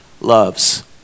loves